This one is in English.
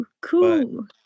Cool